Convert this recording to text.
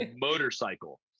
motorcycle